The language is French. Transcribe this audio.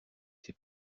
ses